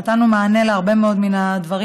נתנו מענה על הרבה מאוד מן הדברים.